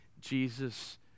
Jesus